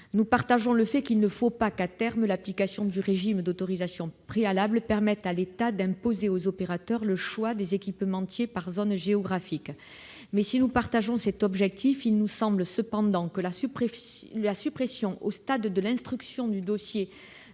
pour dire qu'il ne faut pas que, à terme, l'application du régime d'autorisation préalable permette à l'État d'imposer aux opérateurs le choix des équipementiers par zone géographique. Mais si nous approuvons cet objectif, il nous semble cependant que la suppression, au stade de l'instruction du dossier,